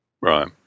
Right